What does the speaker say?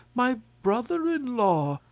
my brother-in-law!